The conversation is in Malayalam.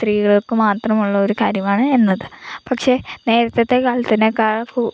സ്ത്രീകൾക്കു മാത്രമുള്ള ഒരു കാര്യമാണ് എന്നത് പക്ഷേ നേരത്തത്തെ കാലത്തിനേക്കാളും